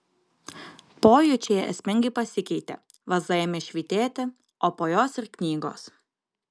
pojūčiai esmingai pasikeitė vaza ėmė švytėti o po jos ir knygos